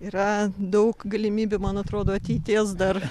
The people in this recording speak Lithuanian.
yra daug galimybių man atrodo ateities dar